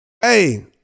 Hey